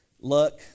Luck